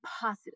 positive